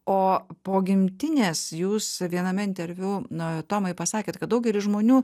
o po gimtinės jūs viename interviu na tomai pasakėt kad daugelis žmonių